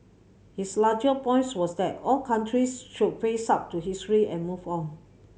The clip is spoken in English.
his larger points was that all countries should face up to history and move on